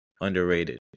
underrated